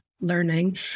learning